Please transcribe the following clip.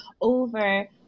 over